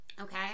okay